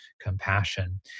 compassion